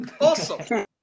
Awesome